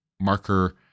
marker